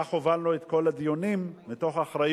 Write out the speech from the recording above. וכך הובלנו את כל הדיונים, מתוך אחריות.